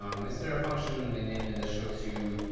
um is there a function in the engine that shows you